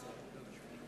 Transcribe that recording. (חותם על ההצהרה)